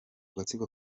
gatsiko